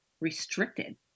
restricted